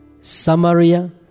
Samaria